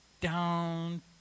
down